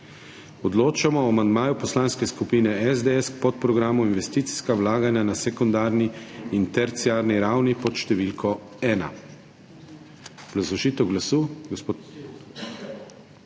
Odločamo o amandmaju Poslanske skupine SDS k podprogramu Investicijska vlaganja na sekundarni in terciarni ravni. Glasujemo.